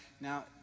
now